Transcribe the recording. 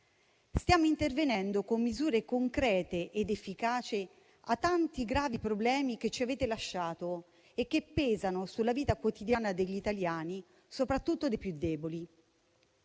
Stiamo intervenendo con misure concrete ed efficaci rispetto ai tanti e gravi problemi che ci avete lasciato e che pesano sulla vita quotidiana degli italiani, soprattutto dei più deboli.